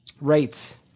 Rates